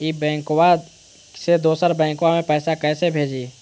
ई बैंकबा से दोसर बैंकबा में पैसा कैसे भेजिए?